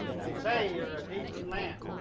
they say you're a decent man.